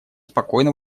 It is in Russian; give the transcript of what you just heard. спокойно